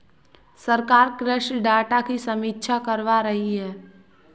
सरकार कृषि डाटा की समीक्षा करवा रही है